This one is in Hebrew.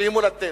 שהיא מולדתנו.